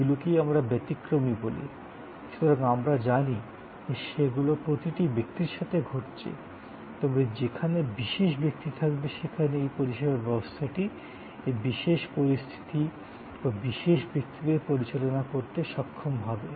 এগুলিকেই আমরা ব্যতিক্রমী বলি সুতরাং আমরা জানি যে সেগুলো প্রতিটি ব্যক্তির সাথে ঘটছে তবে যেখানে বিশেষ ব্যক্তি থাকবে সেখানে এই পরিষেবা ব্যবস্থাটি এই বিশেষ পরিস্থিতি বা বিশেষ ব্যক্তিদের পরিচালনা করতে সক্ষম হবে